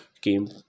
came